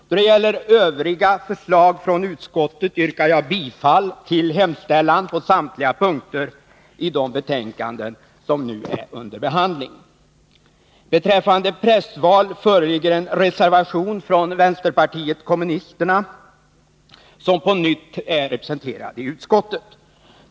Då det gäller övriga förslag från utskottet yrkar jag bifall till hemställan på samtliga punkter i de betänkanden som nu är under behandling. Beträffande prästval föreligger en reservation från vänsterpartiet kommunisterna, som på nytt är representerat i utskottet.